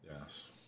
Yes